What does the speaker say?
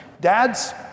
Dads